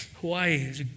Hawaii